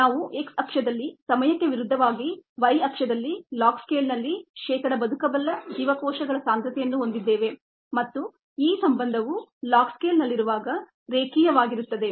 ನಾವು x ಅಕ್ಷದಲ್ಲಿ ಸಮಯಕ್ಕೆ ವಿರುದ್ಧವಾಗಿ y ಅಕ್ಷದಲ್ಲಿ ಲಾಗ್ ಸ್ಕೇಲ್ನಲ್ಲಿ ಶೇಕಡಾ ಬದುಕಬಲ್ಲ ಜೀವಕೋಶ ಸಾಂದ್ರತೆಯನ್ನು ಹೊಂದಿದ್ದೇವೆ ಮತ್ತು ಈ ಸಂಬಂಧವು ಲಾಗ್ ಸ್ಕೇಲ್ನಲ್ಲಿರುವಾಗ ರೇಖೀಯವಾಗಿರುತ್ತದೆ